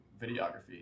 videography